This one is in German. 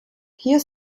hier